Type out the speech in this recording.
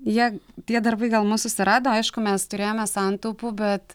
jie tie darbai gal mus susirado aišku mes turėjome santaupų bet